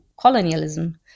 colonialism